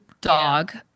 dog